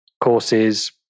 courses